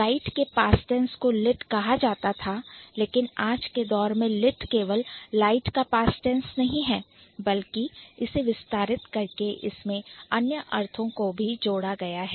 Light के Past Tense को Lit कहां जाता था लेकिन आज के दौर में Lit केवल Light का Past Tense नहीं है बल्कि इसे विस्तारित करके इसमें अन्य अर्थों को भी जोड़ा गया है